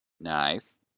Nice